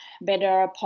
better